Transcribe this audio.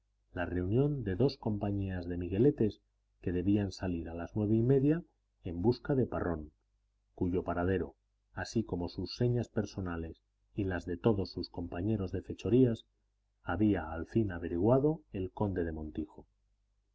la reunión de dos compañías de migueletes que debían salir a las nueve y media en busca de parrón cuyo paradero así como sus señas personales y las de todos sus compañeros de fechorías había al fin averiguado el conde del montijo